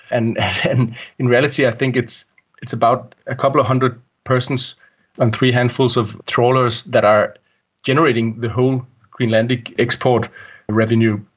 and in reality, i think it's it's about a couple of hundred persons and three handfuls of trawlers that are generating the whole greenlandic export revenue.